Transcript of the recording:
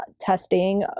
testing